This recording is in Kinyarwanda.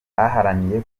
yaharaniye